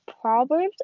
proverbs